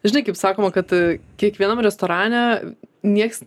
žinai kaip sakoma kad kiekvienam restorane nieks